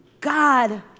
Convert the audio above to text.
God